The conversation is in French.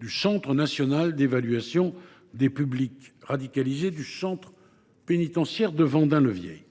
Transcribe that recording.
du centre national d’évaluation des publics radicalisés du centre pénitentiaire de Vendin le Vieil.